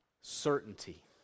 certainty